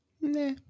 Nah